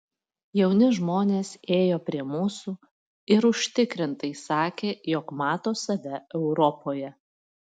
jauni žmonės ėjo prie mūsų ir užtikrintai sakė jog mato save europoje